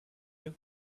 you